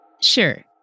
sure